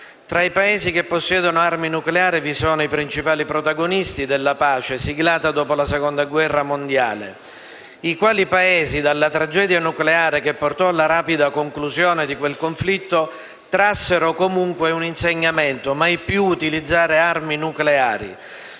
Tra i Paesi che possiedono armi nucleari vi sono i principali protagonisti della pace siglata dopo la Seconda guerra mondiale, i quali, dalla tragedia nucleare che portò alla rapida conclusione di quel conflitto, trassero comunque l'insegnamento di non utilizzare mai più armi nucleari.